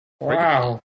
Wow